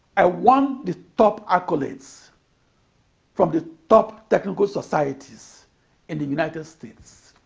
i won the top accolades from the top technical societies in the united states.